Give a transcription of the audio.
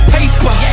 Paper